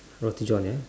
roti john ya